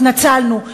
התנצלנו,